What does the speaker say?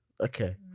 okay